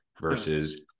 Versus